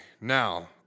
Now